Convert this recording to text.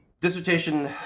dissertation